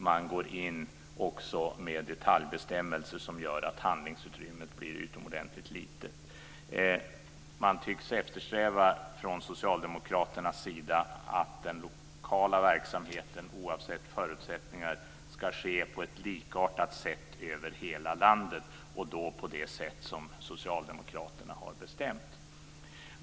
Man går också in med detaljbestämmelser som gör att handlingsutrymmet blir utomordentligt litet. Socialdemokraterna tycks eftersträva att den lokala verksamheten, oavsett förutsättningar, ska skötas på ett likartat sätt över hela landet på det sätt som socialdemokraterna har bestämt.